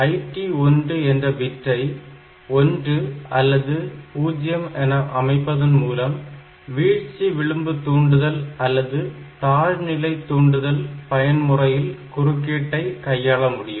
IT1 என்ற பிட்டை 1 அல்லது 0 IT1 bit1 or 0 என அமைப்பதன் மூலம் வீழ்ச்சி விளிம்பு தூண்டுதல் அல்லது தாழ் நிலை தூண்டுதல் பயன்முறையில் குறுக்கீட்டை கையாள முடியும்